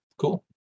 cool